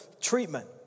treatment